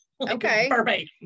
okay